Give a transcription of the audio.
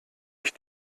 ich